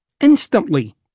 instantly